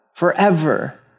forever